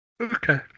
Okay